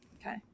Okay